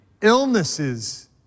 illnesses